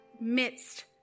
midst